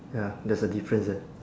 ya that's a difference there